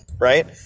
right